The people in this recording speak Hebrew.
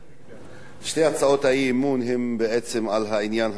שתי הצעות האי-אמון הן בעצם על העניין החברתי.